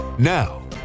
Now